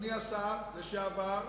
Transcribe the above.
אדוני השר לשעבר,